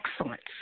excellence